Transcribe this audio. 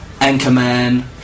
Anchorman